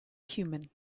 human